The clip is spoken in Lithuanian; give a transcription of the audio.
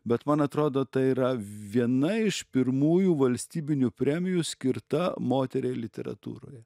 bet man atrodo tai yra viena iš pirmųjų valstybinių premijų skirta moteriai literatūroje